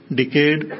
decayed